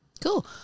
Cool